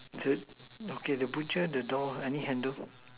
the okay the butcher the door any handle